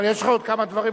אבל יש לך עוד כמה דברים,